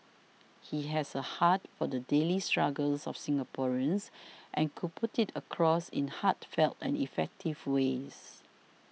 he has a heart for the daily struggles of Singaporeans and could put it across in heartfelt and effective ways